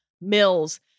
mills